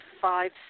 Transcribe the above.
five